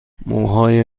موهای